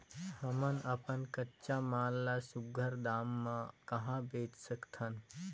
हमन अपन कच्चा माल ल सुघ्घर दाम म कहा बेच सकथन?